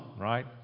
right